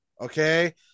okay